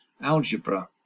algebra